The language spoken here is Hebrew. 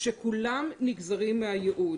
שכולם נגזרים מהייעוד.